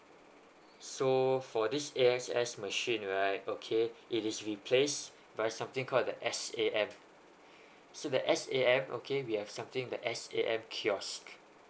so for this A_S_S machine right okay it is replaced by something called the S_A_M so the S_A_M okay we have something the S_A_M kiosk